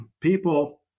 people